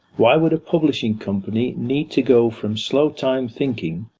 why would a publishing company need to go from slow time thinking,